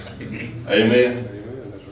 Amen